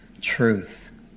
truth